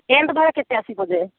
tent ଭଡ଼ା କେତେ ଆସିବ ଯେ